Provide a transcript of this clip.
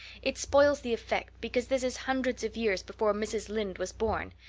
it spoils the effect because this is hundreds of years before mrs. lynde was born.